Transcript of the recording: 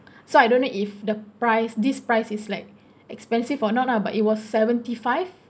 so I don't know if the price this price is like expensive or not lah but it was seventy five